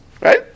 right